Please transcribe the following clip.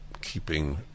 keeping